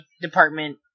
department